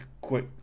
quick